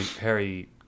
Harry